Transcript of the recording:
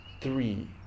three